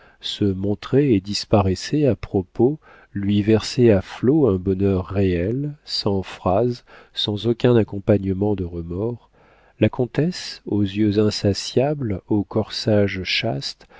se montrait et disparaissait à propos lui versait à flots un bonheur réel sans phrases sans aucun accompagnement de remords la comtesse aux yeux insatiables au corsage chaste